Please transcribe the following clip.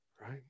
right